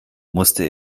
musste